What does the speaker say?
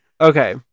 Okay